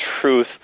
truth